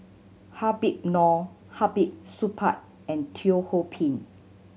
Habib Noh Hamid Supaat and Teo Ho Pin